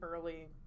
early